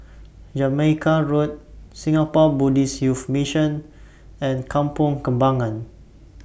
Jamaica Road Singapore Buddhist Youth Mission and Kampong Kembangan